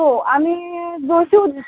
हो आम्ही जोशी उद